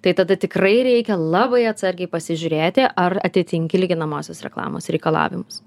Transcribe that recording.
tai tada tikrai reikia labai atsargiai pasižiūrėti ar atitinki lyginamosios reklamos reikalavimus